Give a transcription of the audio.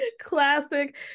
Classic